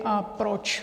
A proč?